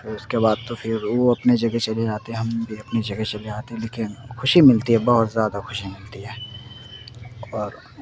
پھر اس کے بعد تو پھر وہ اپنے جگہ چلے جاتے ہیں ہم بھی اپنی جگہ چلے آتے ہیں لیکن خوشی ملتی ہے بہت زیادہ خوشی ملتی ہے اور